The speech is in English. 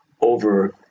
over